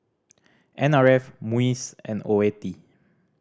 N R F MUIS and Oeti